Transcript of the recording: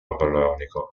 napoleonico